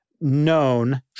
known